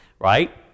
right